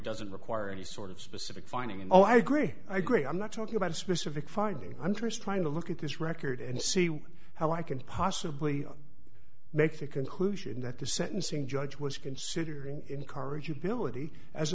doesn't require any sort of specific finding in all i agree i agree i'm not talking about a specific finding i'm trist trying to look at this record and see how i can possibly make the conclusion that the sentencing judge was considering incorrigibility as